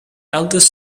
eldest